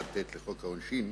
51ט לחוק העונשין